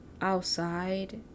outside